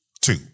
two